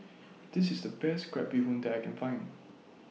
This IS The Best Crab Bee Hoon that I Can Find